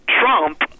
Trump